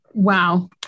Wow